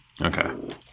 Okay